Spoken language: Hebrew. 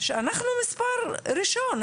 שאנחנו מספר ראשון,